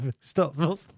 Stop